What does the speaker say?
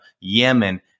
Yemen